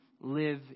live